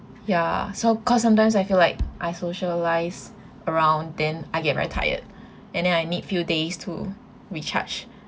ya so 'cause sometimes I feel like I socialised around then I get very tired and I need few days to recharge